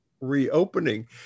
reopening